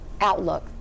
outlook